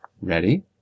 Ready